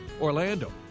Orlando